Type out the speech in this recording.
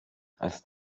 als